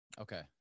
Okay